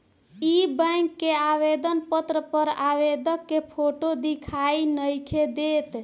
इ बैक के आवेदन पत्र पर आवेदक के फोटो दिखाई नइखे देत